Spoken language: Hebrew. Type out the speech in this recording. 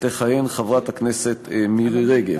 תכהן חברת הכנסת מירי רגב.